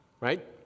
right